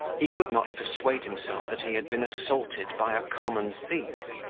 he could not persuade himself that he had been assaulted by a common thief,